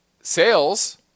sales